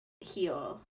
heal